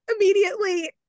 immediately